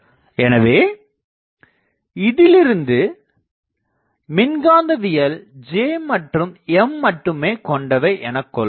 எனவே இதிலிருந்து மின்காந்தவியல் J மற்றும் M மட்டுமே கொண்டவை எனக் கொள்வோம்